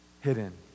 hidden